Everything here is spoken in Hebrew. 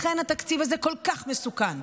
לכן התקציב הזה כל כך מסוכן.